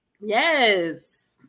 yes